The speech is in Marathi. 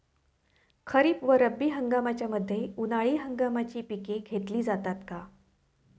खरीप व रब्बी हंगामाच्या मध्ये उन्हाळी हंगामाची पिके घेतली जातात का?